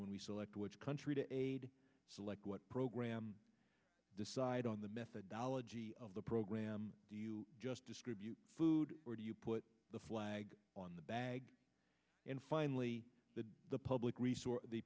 when we select which country to aid select what program decide on the methodology of the program you just distribute food or do you put the flag on the bag and finally that the public resource the